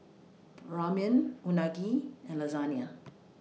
Ramen Unagi and Lasagne